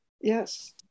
Yes